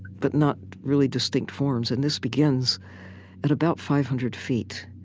but not really distinct forms. and this begins at about five hundred feet.